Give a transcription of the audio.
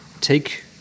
take